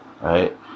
right